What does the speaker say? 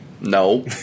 no